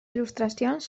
il·lustracions